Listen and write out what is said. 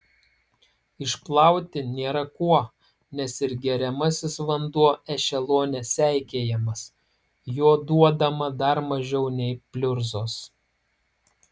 išplauti nėra kuo nes ir geriamasis vanduo ešelone seikėjamas jo duodama dar mažiau nei pliurzos